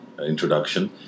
introduction